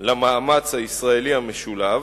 למאמץ הישראלי המשולב,